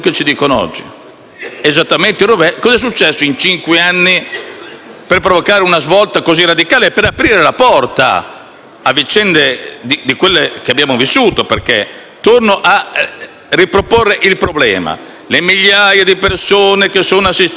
per provocare una svolta così radicale e per aprire la porta a vicende come quelle che abbiamo vissuto? Torno a riproporre il problema. Penso alle migliaia di persone che sono assistite - bambini, minorenni e piccoli - negli istituti che seguono